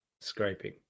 scraping